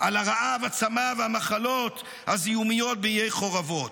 על הרעב, הצמא והמחלות הזיהומיות בעיי החורבות?